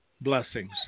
Blessings